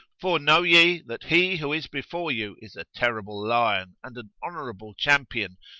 for know ye that he who is before you is a terrible lion and an honourable champion,